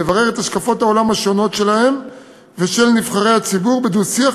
לברר את השקפות העולם השונות שלהם ושל נבחרי הציבור בדו-שיח